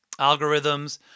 algorithms